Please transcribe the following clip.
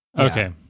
Okay